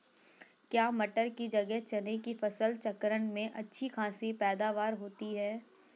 क्या मटर की जगह चने की फसल चक्रण में अच्छी खासी पैदावार होती है?